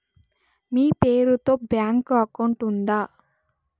మీ పేరు తో bank account ఉందా?